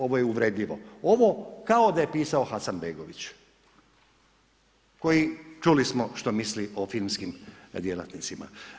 Ovo je uvredljivo, ovo kao da je pisao Hasanbegović koji čuli smo što misli o filmskim djelatnicima.